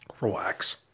relax